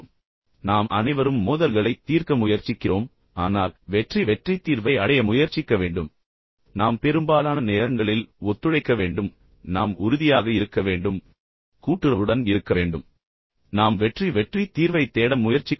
இப்போது நாம் அனைவரும் மோதல்களைத் தீர்க்க முயற்சிக்கிறோம் ஆனால் வெற்றி வெற்றி தீர்வை அடைய முயற்சிக்க வேண்டும் என்பதை நினைவில் கொள்ளுங்கள் நாம் பெரும்பாலான நேரங்களில் ஒத்துழைக்க வேண்டும் நாம் உறுதியாக இருக்க வேண்டும் ஆனால் அதே நேரத்தில் கூட்டுறவுடன் இருக்கவேண்டும் மற்றும் நாம் வெற்றி வெற்றி தீர்வைத் தேட முயற்சிக்க வேண்டும்